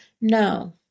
no